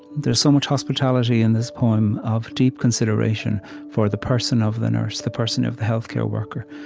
there's so much hospitality in this poem, of deep consideration for the person of the nurse, the person of the healthcare worker.